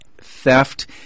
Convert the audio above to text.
theft